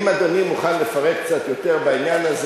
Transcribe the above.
אם אדוני מוכן לפרט קצת יותר בעניין הזה,